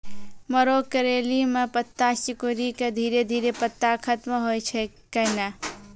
मरो करैली म पत्ता सिकुड़ी के धीरे धीरे पत्ता खत्म होय छै कैनै?